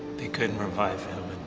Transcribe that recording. they couldn't revive